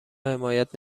حمایت